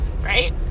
right